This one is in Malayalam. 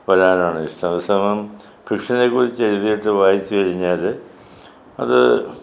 പ്രകാരമാണ് ഇഷ്ടം അതേസമയം ഫിക്ഷനെ കുറിച്ച് എഴുതിയിട്ട് വായിച്ച് കഴിഞ്ഞാൽ അത്